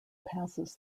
passes